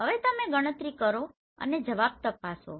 હવે તમે ગણતરી કરો અને જવાબો તપાસો